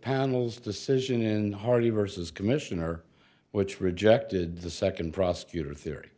panel's decision and hearty versus commissioner which rejected the second prosecutor theory